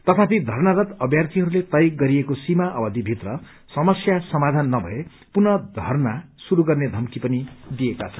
तथापि धरनारत अभ्यार्गिहरूलले तय गरिएको सीमा अवधि भित्र समस्या सामाधान न भए पुनः धरना शुरू गर्ने धम्की पनि दिएका छन्